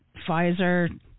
Pfizer